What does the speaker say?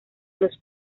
los